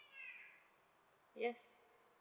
yes